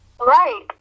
Right